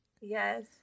yes